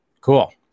Cool